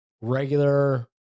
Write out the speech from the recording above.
regular